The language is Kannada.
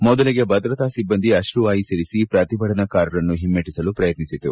ಮೊದಲಿಗೆ ಭದ್ರತಾ ಸಿಬ್ಬಂದಿ ಅಶ್ರುವಾಯು ಸಿದಿಸಿ ಪ್ರತಿಭಟನಾಕಾರರನ್ನು ಹಿಮ್ಮೆಟ್ಟಿಸಲು ಪ್ರಯತ್ನಿಸಿದರು